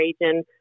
region